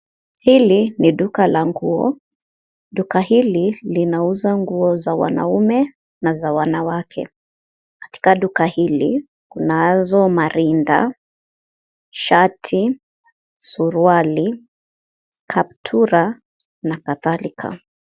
Hili ni duka la nguo, duka hili linauza nguo za wanaume na za wanawake. Katika duka hili kunazo marinda, shati, suruali kaptura na kadhalika.